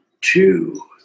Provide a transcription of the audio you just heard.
two